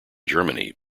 germany